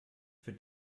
für